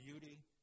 beauty